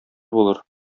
булыр